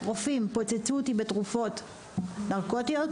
רופאים פוצצו אותי בתרופות נרקוטיות,